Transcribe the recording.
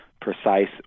precise